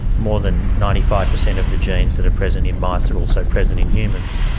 more than ninety five percent of the genes that are present in mice are also present in humans.